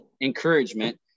encouragement